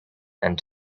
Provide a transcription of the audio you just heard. end